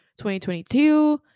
2022